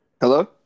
Hello